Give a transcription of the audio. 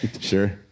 Sure